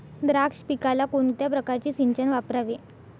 द्राक्ष पिकाला कोणत्या प्रकारचे सिंचन वापरावे?